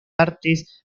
artes